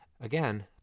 Again